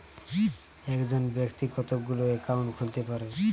একজন ব্যাক্তি কতগুলো অ্যাকাউন্ট খুলতে পারে?